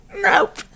Nope